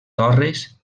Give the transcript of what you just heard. torres